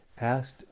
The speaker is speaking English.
asked